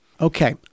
Okay